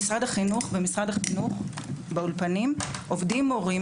במשרד החינוך באולפנים עובדים מורים